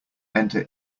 enter